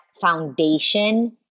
foundation